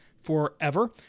forever